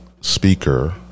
speaker